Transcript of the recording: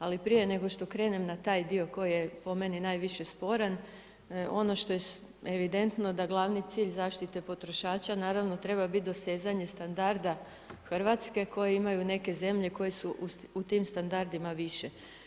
Ali prije nego što krenem na taj dio koji je po meni najviše sporan, ono što je evidentno da glavni cilj zaštite potrošača naravno treba biti dosezanje standarda Hrvatske koje imaju neke zemlje koje su u tim standardima više.